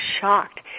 shocked